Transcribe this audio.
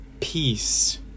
Peace